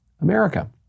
America